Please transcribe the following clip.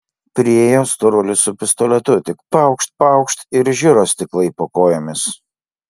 priėjo storulis su pistoletu tik paukšt paukšt ir žiro stiklai po kojomis